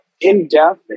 in-depth